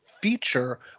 feature